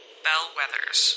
bellwethers